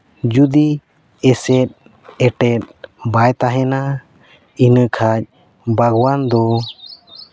ᱡᱩᱫᱤ ᱮᱥᱮᱫᱼᱮᱴᱮᱫ ᱵᱟᱭ ᱛᱟᱦᱮᱱᱟ ᱤᱱᱟᱹᱠᱷᱟᱱ ᱵᱟᱜᱽᱣᱟᱱ ᱫᱚ